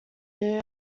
new